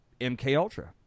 MKUltra